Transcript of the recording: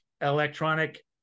Electronic